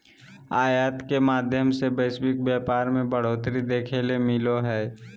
आयात के माध्यम से वैश्विक व्यापार मे बढ़ोतरी देखे ले मिलो हय